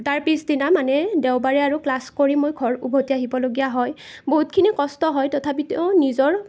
তাৰ পিছদিনা মানে দেওবাৰে আৰু ক্লাছ কৰি মই ঘৰ উভতি আহিবলগীয়া হয় বহুতখিনি কষ্ট হয় তথাপিতো নিজৰ